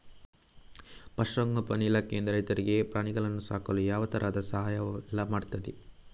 ಪಶುಸಂಗೋಪನೆ ಇಲಾಖೆಯಿಂದ ರೈತರಿಗೆ ಪ್ರಾಣಿಗಳನ್ನು ಸಾಕಲು ಯಾವ ತರದ ಸಹಾಯವೆಲ್ಲ ಮಾಡ್ತದೆ?